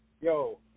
Yo